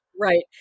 Right